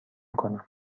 کنم